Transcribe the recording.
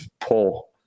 pull